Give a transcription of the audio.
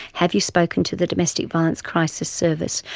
have you spoken to the domestic violence crisis service?